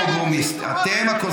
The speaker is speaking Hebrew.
החברים שלך הם הפוגרומים, ואתם,